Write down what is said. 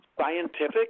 scientific